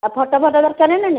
ଆଉ photo photo ଦରକାର ନା ନାଇଁ